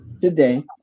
today